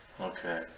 Okay